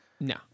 No